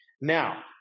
now